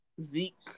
Zeke